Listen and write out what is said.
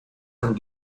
and